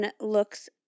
looks